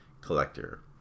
collector